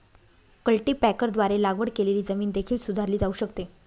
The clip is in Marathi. कल्टीपॅकरद्वारे लागवड केलेली जमीन देखील सुधारली जाऊ शकते